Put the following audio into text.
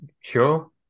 Sure